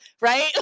right